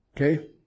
okay